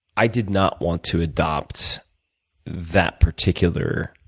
i did not want to adopt that particular